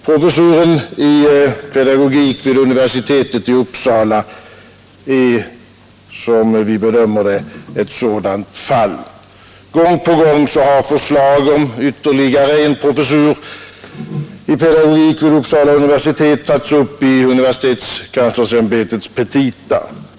Professuren i pedagogik vid universitetet i Uppsala är, som vi bedömer det, ett sådant fall. Gång på gång har förslag om ytterligare en professur i pedagogik vid Uppsala universitet tagits upp i universitetskanslersämbetets petita.